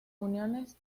uniones